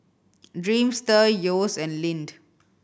Dreamster Yeo's and Lindt